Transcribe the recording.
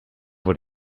what